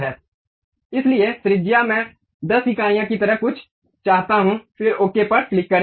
इसलिए त्रिज्या मैं 10 इकाइयों की तरह कुछ चाहता हूं फिर ओके पर क्लिक करें